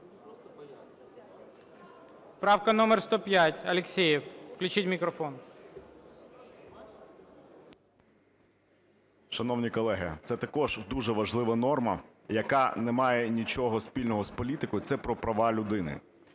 Правка номер 105, Алєксєєв. Включіть мікрофон. 17:13:13 АЛЄКСЄЄВ С.О. Шановні колеги, це також дуже важлива норма, яка не має нічого спільного з політикою – це про права людини.